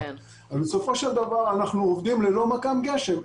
בסופו של דבר אנחנו עובדים ללא מכ"ם גשם.